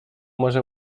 może